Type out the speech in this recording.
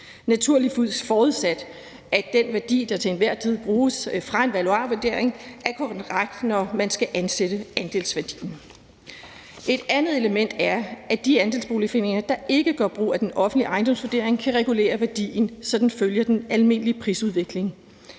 naturligvis forudsat, at den værdi, der til enhver tid bruges fra en valuarvurdering, er korrekt, når man skal ansætte andelsværdien. Et andet element er, at de andelsboligforeninger, der ikke gør brug af den offentlige ejendomsvurdering, kan regulere værdien, så den følger den almindelige prisudvikling.